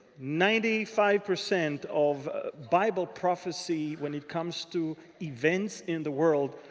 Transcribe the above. ninety five percent of bible prophecy, when it comes to events in the world,